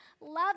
love